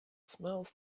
smells